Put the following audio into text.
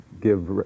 give